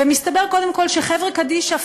ומסתבר קודם כול שחברה קדישא,